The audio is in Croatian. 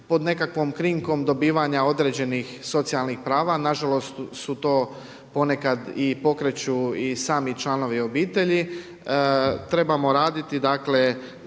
pod nekakvom krinkom dobivanja određenih socijalnih prava, nažalost su to ponekad i pokreću i sami članovi obitelji. Trebamo raditi da se